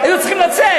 היו צריכים לצאת.